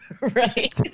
Right